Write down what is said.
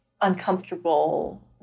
uncomfortable